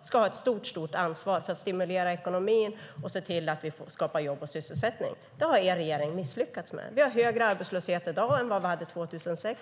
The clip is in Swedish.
ska ha ett stort ansvar för att stimulera ekonomin och se till att vi skapar jobb och sysselsättning. Det har er regering misslyckats med. Vi har högre arbetslöshet i dag än vi hade 2006.